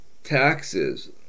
Taxes